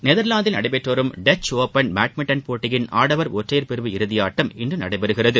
நெதர்லாந்தில் நடைபெற்று வரும் டச் ஒப்பன் பேட்மிண்டன் போட்டியின் ஆடவர் ஒற்றையர் பிரிவு இறுதியாட்டம் இன்று நடைபெறுகிறது